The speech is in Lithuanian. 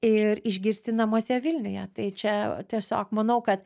ir išgirsti namuose vilniuje tai čia tiesiog manau kad